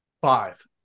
Five